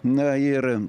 na ir